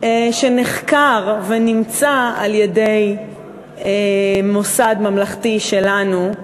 שנחקר ונמצא על-ידי מוסד ממלכתי שלנו,